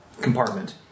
compartment